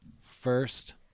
first